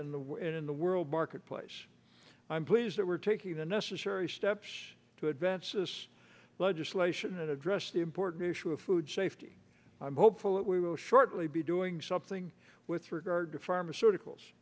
and in the world marketplace i'm pleased that we're taking the necessary steps to advance this legislation and address the important issue of food safety i'm hopeful that we will shortly be doing something with regard to pharmaceuticals